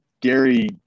Gary